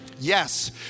Yes